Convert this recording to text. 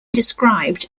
described